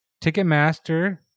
Ticketmaster